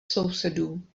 sousedů